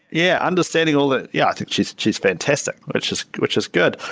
yeah, understanding all that yeah, i think she's she's fantastic, which is which is good.